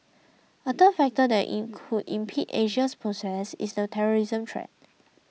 a third factor that in could impede Asia's process is the terrorism threat